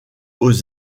aux